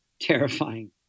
terrifying